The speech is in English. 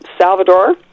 Salvador